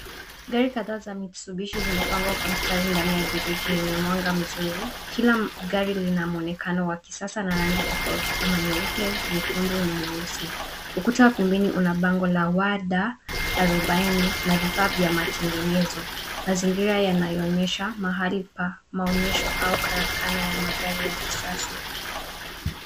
Gari kadhaa za Mitsubishi zimepangwa kwa mstari ndani ya gereji yenye mwanga mzuri. Kila gari lina muonekano wa kisasa na rangi tofauti kama nyeupe, nyekundu na nyeusi. Ukuta wa pembeni una bango la wada arobaini la vifaa vya matengenezo. Mazingira yanayoonyesha mahali pa maonyesho au karakana ya magari ya kisasa.